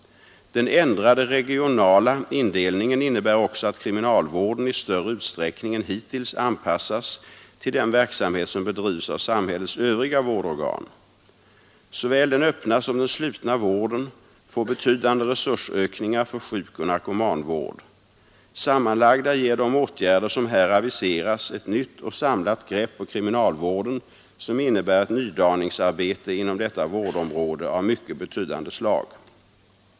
Den ändrade regionala indelningen innebär också att kriminalvården i större utsträckning än hittills anpassas till den verksamhet som bedrivs av samhällets övriga vårdorgan. Såväl den öppna som den slutna vården får betydande resursökningar för sjukoch narkomanvård. Sammanlagda ger de åtgärder som här aviseras ett nytt och samlat grepp på kriminalvården som innebär ett nydaningsarbete inom detta vårdområde av mycket betydande slag.